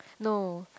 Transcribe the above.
no